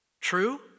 True